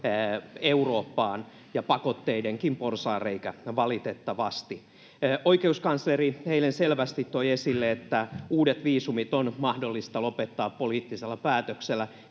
Eurooppaan ja pakotteidenkin porsaanreikä, valitettavasti. Oikeuskansleri eilen selvästi toi esille, että uudet viisumit on mahdollista lopettaa poliittisella päätöksellä.